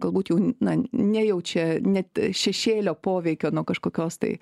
galbūt jau na nejaučia net šešėlio poveikio nuo kažkokios tai